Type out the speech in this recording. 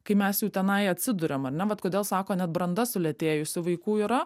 kai mes jau tenai atsiduriam ar ne vat kodėl sako net branda sulėtėjusi vaikų yra